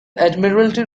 admiralty